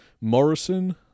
Morrison